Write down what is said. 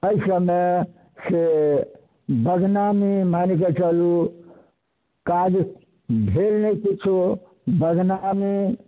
एहिसबमे से बदनामी मानिके चलू काज भेल नहि किछु बदनामी